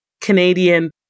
Canadian